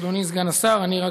אדוני סגן השר, רק